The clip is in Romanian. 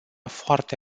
foarte